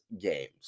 games